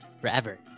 forever